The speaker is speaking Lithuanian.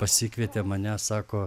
pasikvietė mane sako